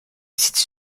situe